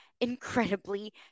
incredibly